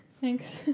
Thanks